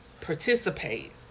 participate